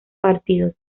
partidos